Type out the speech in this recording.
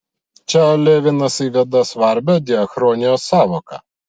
čia levinas įveda svarbią diachronijos sąvoką